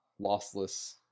lossless